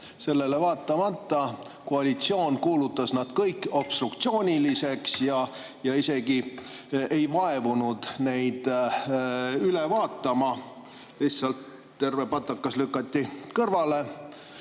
Sellele vaatamata kuulutas koalitsioon nad kõik obstruktsiooniliseks ja isegi ei vaevunud neid üle vaatama. Terve patakas lükati kõrvale.